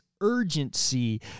urgency